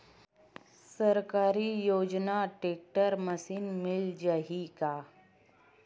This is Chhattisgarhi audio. सरकारी योजना टेक्टर मशीन मिल जाही का?